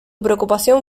preocupación